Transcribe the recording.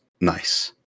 nice